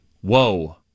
Whoa